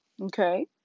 okay